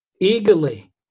eagerly